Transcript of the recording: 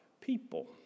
people